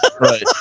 Right